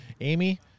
Amy